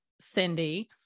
Cindy